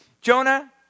Jonah